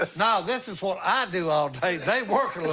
ah no, this is what i do all day. they work